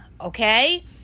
okay